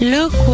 Look